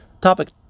topic